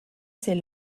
ces